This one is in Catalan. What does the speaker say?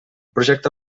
projecte